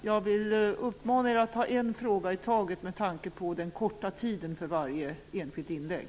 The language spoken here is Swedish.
Jag vill uppmana er att ta en fråga i taget med tanke på den korta tiden för varje enskilt inlägg.